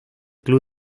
club